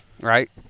right